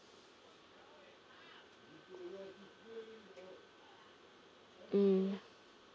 mm